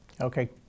Okay